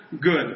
good